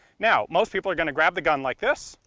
now most people are going to grab the gun like this,